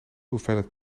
hoeveelheid